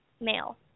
male